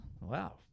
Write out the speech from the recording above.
Wow